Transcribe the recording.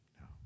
No